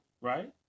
right